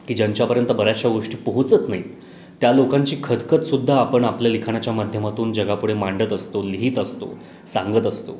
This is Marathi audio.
की ज्यांच्यापर्यंत बऱ्याचशा गोष्टी पोहोचत नाहीत त्या लोकांची खदखदसुद्धा आपण आपल्या लिखाणाच्या माध्यमातून जगापुढे मांडत असतो लिहित असतो सांगत असतो